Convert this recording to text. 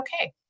okay